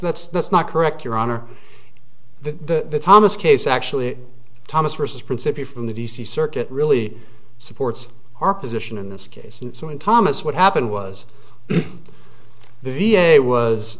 that's that's not correct your honor the thomas case actually thomas vs principally from the d c circuit really supports our position in this case and so in thomas what happened was the v a was